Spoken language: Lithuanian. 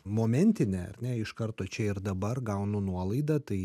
momentinė ar ne iš karto čia ir dabar gaunu nuolaidą tai